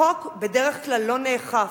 החוק בדרך כלל לא נאכף.